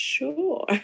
Sure